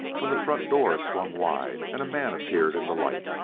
when the front door swung wide and a man appeared in the light.